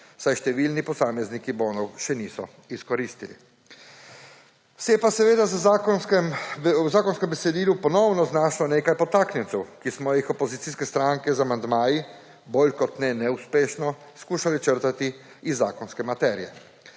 saj številni posamezniki bonov še niso izkoristili. Se je pa seveda v zakonskem besedilu ponovno znašlo nekaj podtaknjencev, ki smo jih opozicijske stranke z amandmaji – bolj kot ne neuspešno – skušale črtati iz zakonske materije.